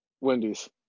Wendy's